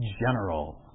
general